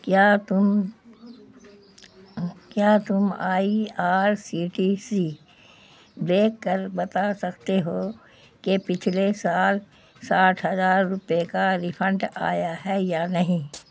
کیا تم کیا تم I R C T C دیکھ کر بتا سکتے ہو کہ پچھلے سال ساٹھ ہزار روپے کا ری فنڈ آیا ہے یا نہیں